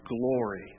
glory